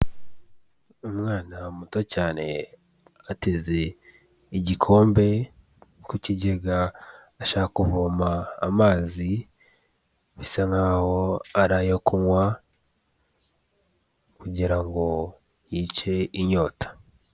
Umwana muto cyane ateze igikombe ku kigega ashaka kuvoma amazi, bisa nkaho ari ayo kunywa kugira ngo yice inyota.